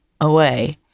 away